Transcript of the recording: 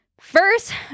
first